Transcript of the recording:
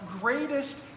greatest